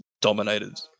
dominated